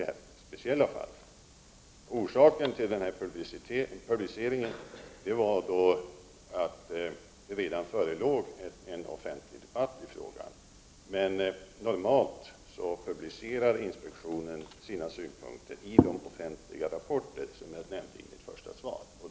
Orsaken till publiceringen i det speciella fallet var att det redan förekom en offentlig debatt i frågan. Normalt publicerar inspektionen sina synpunkter i de offentliga rapporter som jag nämnde i mitt första svar.